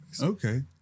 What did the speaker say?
okay